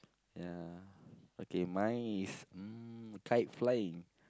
ya okay mine is mm kite flying